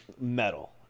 metal